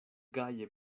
gaje